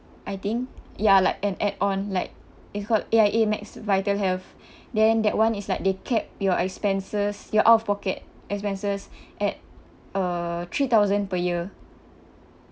I think ya like an add-on like it's called A_I_A max vitalhealth then that one is like they cap your expenses your out-of-pocket expenses at uh three thousand per year